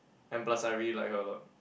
and plus I really like her a lot